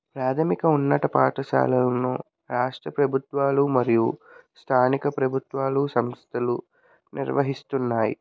ప్రాథమిక ఉన్నత పాఠశాలను రాష్ట్ర ప్రభుత్వాలు మరియు స్థానిక ప్రభుత్వాలు సంస్థలు నిర్వహిస్తున్నాయి